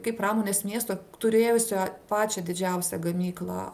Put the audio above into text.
kaip pramonės miesto turėjusio pačią didžiausią gamyklą